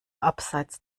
abseits